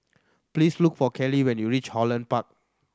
please look for Kelli when you reach Holland Park